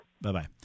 Bye-bye